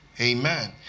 amen